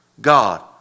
God